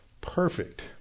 perfect